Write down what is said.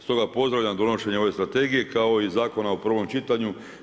Stoga pozdravljam donošenje ove strategije kao i zakona u prvom čitanju.